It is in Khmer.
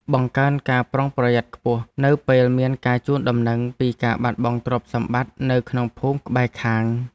បង្កើនការប្រុងប្រយ័ត្នខ្ពស់នៅពេលមានការជូនដំណឹងពីការបាត់បង់ទ្រព្យសម្បត្តិនៅក្នុងភូមិក្បែរខាង។